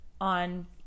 on